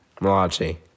Malachi